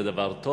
זה דבר טוב.